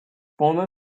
former